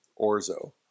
orzo